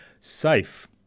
safe